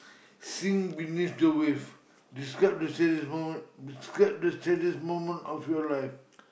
sing beneath the wave describe the saddest moment describe the saddest moment of your life